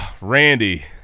Randy